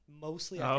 mostly